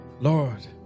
Lord